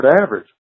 average